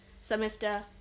semester